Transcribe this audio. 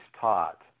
taught